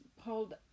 hold